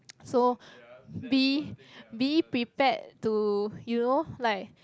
so be be prepared to you know like